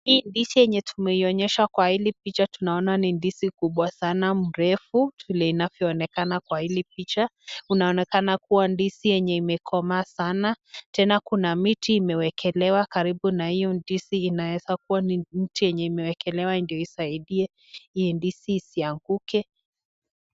Hii yenye ndizi tumeonyeshwa kwa Ili picha tunaona ni ndizi kubwa sanaa mirefu vile inavyoonekana kwa Ili picha, unaonekana kuwa ndizi yenye imekomaa sana Tena Kuna miti imewekelewa karibu na hiyo ndizi inaweza kuwa ni mti imewekelewa ndio isaidie hiyo ndizi isianguke.